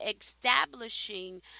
establishing